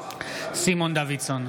סימון דוידסון,